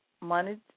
money